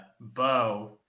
Bo